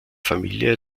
familie